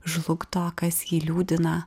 žlugdo kas jį liūdina